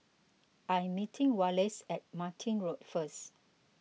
I am meeting Wallace at Martin Road first